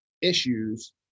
issues